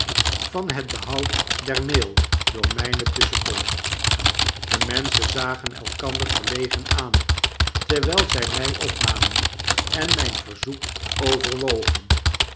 van het behoud der maal door myne tusschenkomst de menschen zagen elkander verlegen aan terwgl zy my opnamen en myn verzoek overwogen